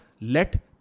let